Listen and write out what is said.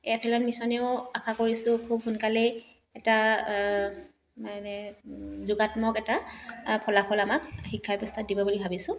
F L N মিছনেও আশা কৰিছোঁ খুব সোনকালে এটা মানে যুগাত্মক এটা ফলাফল আমাক শিক্ষা ব্যৱস্থাত দিব বুলি ভাবিছোঁ